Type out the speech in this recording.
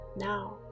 Now